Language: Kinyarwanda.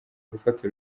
gufata